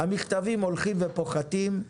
המכתבים הולכים ופוחתים,